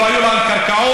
לא היו להם קרקעות?